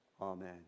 Amen